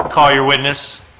call your witness.